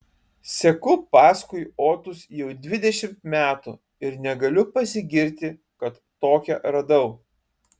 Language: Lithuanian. seku paskui otus jau dvidešimt metų ir negaliu pasigirti kad tokią radau